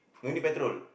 no need petrol